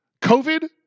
COVID